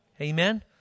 Amen